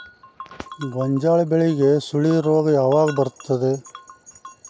ಗೋಂಜಾಳ ಬೆಳೆಗೆ ಸುಳಿ ರೋಗ ಯಾವಾಗ ಬರುತ್ತದೆ?